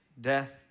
death